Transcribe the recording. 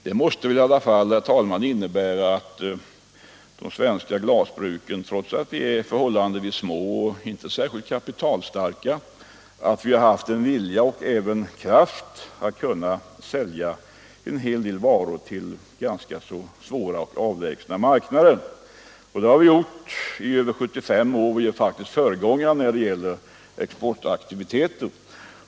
Det måste i alla fall, herr talman, innebära att de svenska glasbruken, trots att de är förhållandevis små och inte särskilt kapitalstarka, har haft både vilja och kraft att sälja en hel del varor till ganska svåra och avlägsna marknader. Vi är som jag förut konstaterat faktiskt föregångare när det gäller exportaktiviteter.